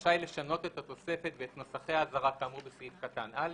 רשאי לשנות את התוספת ואת נוסחי האזהרה כאמור בסעיף קטן (א),